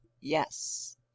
Yes